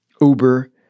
Uber